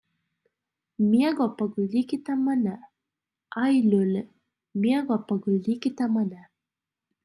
miego paguldykite mane ai liuli miego paguldykite mane